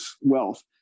wealth